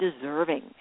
deserving